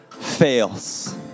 fails